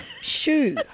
shoe